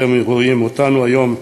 אתם רואים אותנו היום,